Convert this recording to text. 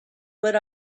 what